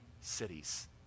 cities